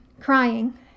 crying